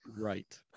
Right